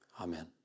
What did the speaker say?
Amen